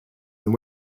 and